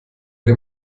dem